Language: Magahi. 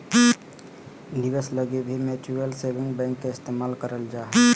निवेश लगी भी म्युचुअल सेविंग बैंक के इस्तेमाल करल जा हय